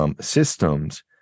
systems